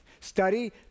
Study